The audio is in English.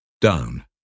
Down